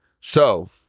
So-